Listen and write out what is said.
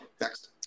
Next